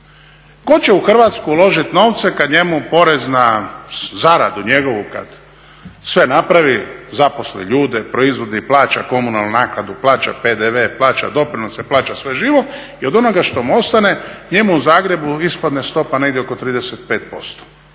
Tko će u Hrvatsku uložit novce kad njemu porez na zaradu, kad sve napravi, zaposli ljude, proizvodi i plaća komunalnu naknadu, plaća PDV, plaća doprinose, plaća sve živo i od onoga što mu ostane njemu u Zagrebu ispadne stopa negdje oko 35%.